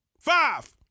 five